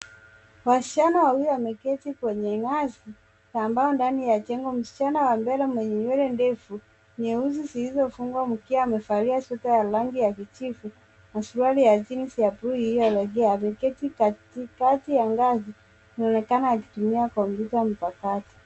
Wasichana wawili wameketi kwenye ngazi na ambao ndani ya jengo. Msichana wa nywele, mwenye nywele ndefu, nyeusi zilizofungwa mkia, amevalia sweta ya rangi ya kijivu na suruali ya jeans ya buluu iliyo regea. Ameketi katikati ya ngazi inaonekana akitumia kompyuta mpakato.